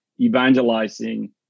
evangelizing